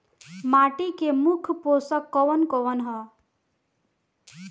माटी में मुख्य पोषक कवन कवन ह?